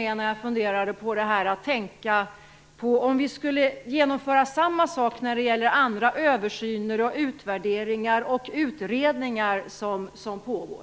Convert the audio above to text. jag funderade över detta roade jag mig med att tänka på hur det skulle vara om man skulle genomföra samma sak när det gäller andra översyner, utvärderingar och utredningar som pågår.